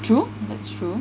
true that's true